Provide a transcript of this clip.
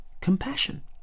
compassion